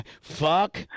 fuck